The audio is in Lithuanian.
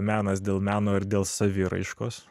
menas dėl meno ir dėl saviraiškos